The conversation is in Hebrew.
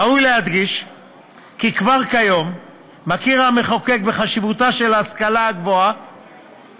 ראוי להדגיש כי כבר כיום מכיר המחוקק בחשיבותה של ההשכלה הגבוהה